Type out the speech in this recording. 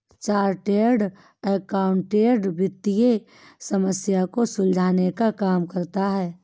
chartered accountant वित्तीय समस्या को सुलझाने का काम करता है